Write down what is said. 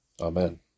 Amen